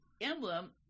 emblem